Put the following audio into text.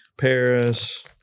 Paris